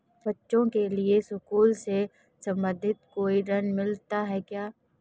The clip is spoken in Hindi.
बच्चों के लिए स्कूल से संबंधित कोई ऋण मिलता है क्या?